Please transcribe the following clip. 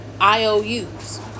IOUs